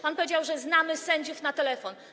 Pan powiedział: znamy sędziów na telefon.